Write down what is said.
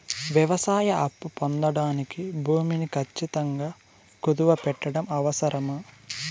వ్యవసాయ అప్పు పొందడానికి భూమిని ఖచ్చితంగా కుదువు పెట్టడం అవసరమా?